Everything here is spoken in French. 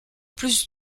plus